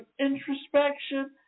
introspection